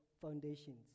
foundations